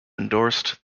endorsed